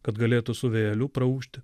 kad galėtų su vėjeliu praūžti